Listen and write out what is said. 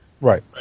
Right